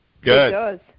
Good